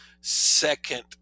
second